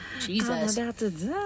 jesus